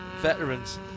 Veterans